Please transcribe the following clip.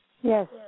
Yes